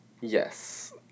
Yes